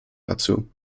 dazu